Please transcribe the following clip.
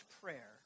prayer